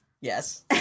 Yes